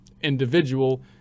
individual